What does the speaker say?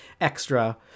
extra